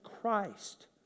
Christ